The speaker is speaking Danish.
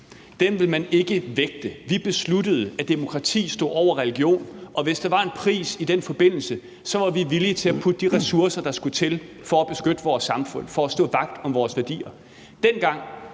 PET, ville man ikke vægte. Vi besluttede, at demokrati stod over religion, og hvis der var en pris i den forbindelse, var vi villige til at finde de ressourcer, der skulle til, for at beskytte vores samfund og for at stå vagt om vores værdier.